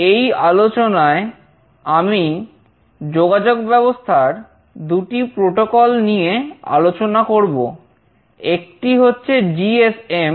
এই আলোচনায় আমি যোগাযোগ ব্যবস্থার দুটি প্রোটোকল নিয়ে আলোচনা করব একটি হচ্ছে জিএসএম